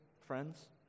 friends